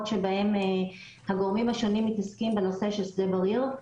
שבהן הגורמים השונים מתעסקים בנושא של שדה בריר.